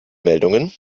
meldungen